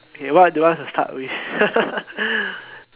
okay what do you want to start with